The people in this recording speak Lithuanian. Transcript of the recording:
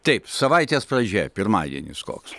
taip savaitės pradžia pirmadienis koks